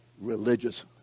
religious